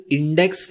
index